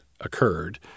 occurred